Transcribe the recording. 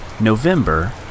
November